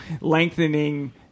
lengthening –